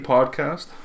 Podcast